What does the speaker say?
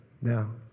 Now